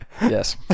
Yes